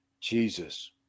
Jesus